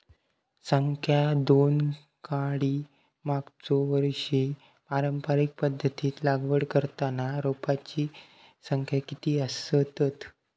संख्या दोन काडी मागचो वर्षी पारंपरिक पध्दतीत लागवड करताना रोपांची संख्या किती आसतत?